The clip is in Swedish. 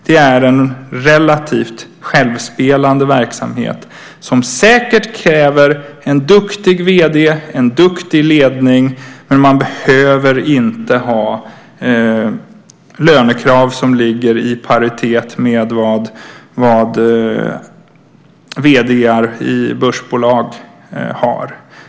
Det är en relativt självspelande verksamhet. Den kräver säkert en duktig vd, en duktig ledning, men de behöver inte ha löner som ligger i paritet med det som vd:ar i börsbolag har.